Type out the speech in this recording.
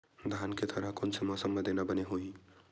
धान के थरहा कोन से मौसम म देना बने होही?